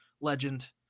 legend